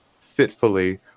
fitfully